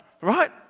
right